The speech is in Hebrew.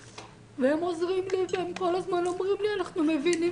והם עוזרים לי והם כל הזמן אומרים לי 'אנחנו מבינים